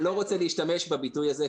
אני לא רוצה להשתמש בביטוי הזה,